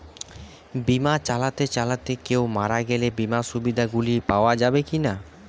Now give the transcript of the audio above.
বিমা চালাতে চালাতে কেও মারা গেলে বিমার সুবিধা গুলি পাওয়া যাবে কি না?